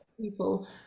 people